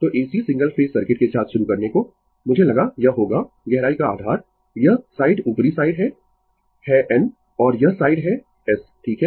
तो AC single phase circuit के साथ शुरू करने को मुझे लगा यह होगा गहराई का आधार यह साइड ऊपरी साइड है है N और यह साइड है S ठीक है